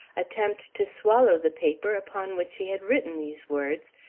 attempt to swallow the paper upon which he had written these words,